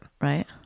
Right